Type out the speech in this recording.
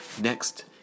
Next